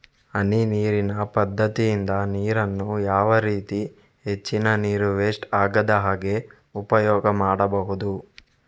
ಹನಿ ನೀರಿನ ಪದ್ಧತಿಯಿಂದ ನೀರಿನ್ನು ಯಾವ ರೀತಿ ಹೆಚ್ಚಿನ ನೀರು ವೆಸ್ಟ್ ಆಗದಾಗೆ ಉಪಯೋಗ ಮಾಡ್ಬಹುದು?